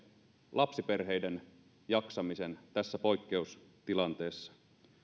lapsiperheiden jaksamisen tässä poikkeustilanteessa